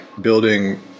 building